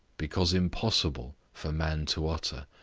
because impossible, for man to utter.